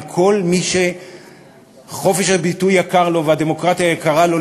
מצווה על כל מי שחופש הביטוי יקר לו והדמוקרטיה יקרה לו,